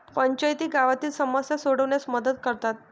पंचायती गावातील समस्या सोडविण्यास मदत करतात